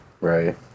Right